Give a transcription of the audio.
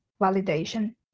validation